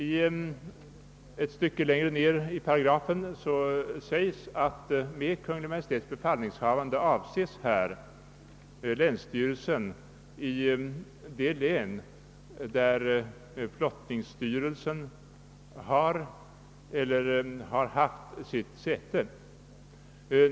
I ett stycke längre ner i paragrafen sägs att med Kungl. Maj:ts befallningshavande i detta avseende menas länsstyrelsen i det län där flottningsstyrelsen har eller har haft sitt säte.